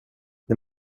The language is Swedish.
det